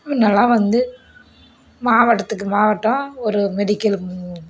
முன்னடிலாம் வந்து மாவட்டத்துக்கு மாவட்டம் ஒரு மெடிக்கலு